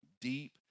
deep